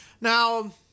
Now